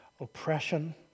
oppression